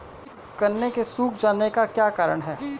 गन्ने के सूख जाने का क्या कारण है?